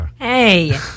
Hey